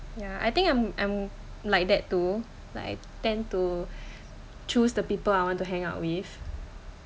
ya I think I'm I'm like that too like I tend to choose the people I want hang out with